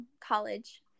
college